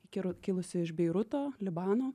ji kiru kilusi iš beiruto libano